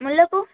முல்லைைப்பூ